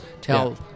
tell